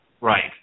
Right